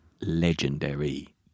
legendary